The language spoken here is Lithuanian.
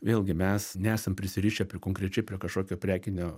vėlgi mes nesam prisirišę prie konkrečiai prie kažkokio prekinio